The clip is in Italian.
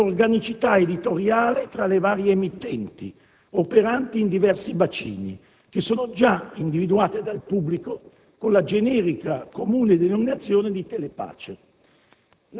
dell'organicità editoriale tra le varie emittenti, operanti in diversi bacini, che sono già individuate dal pubblico con la generica comune denominazione di Telepace.